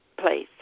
place